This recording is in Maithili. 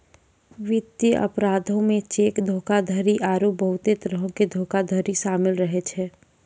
वित्तीय अपराधो मे चेक धोखाधड़ी आरु बहुते तरहो के धोखाधड़ी शामिल रहै छै